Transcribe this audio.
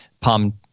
palm